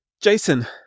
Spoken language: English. Jason